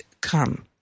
come